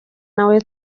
nawe